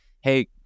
hey